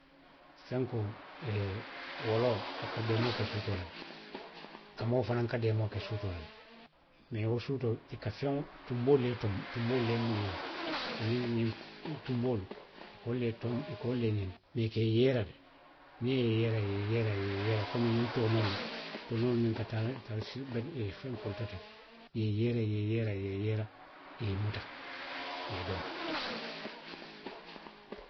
Fenkoo, e, woloo, a ka deemoo ke suutoo la le. Kamoo fanaŋ ka deemoo ke suutoo la le. Mee wo suutoo, i ka feŋolu, tunboolu le tonboŋ, le ňiniŋ ňiniŋ, aniŋ ňiŋ, tunboolu, wolu, le toŋ, a ka wolu le ňiniŋ, i ka i yeera le. niŋ i ye i yeera, i ye i yeera, i ye i yeera komi ňiŋ toonoolu. Toonoolu minnu ka tara beddoolu to fenkoolu to teŋ,; i ye i yeera, i ye i yeera. i ye i yeera, i ye i muta, i ye i domo.